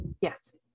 Yes